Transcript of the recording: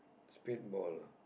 it's a bit bald lah